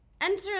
enter